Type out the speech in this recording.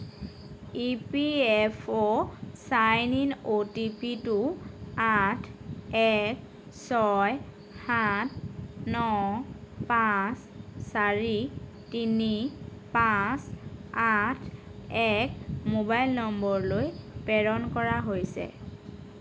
E P F O sign in O T পিটো আঠ এক ছয় সাত ন পাঁচ চাৰি তিনি পাঁচ আঠ এক মোবাইল নম্বৰলৈ প্ৰেৰণ কৰা হৈছে